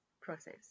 process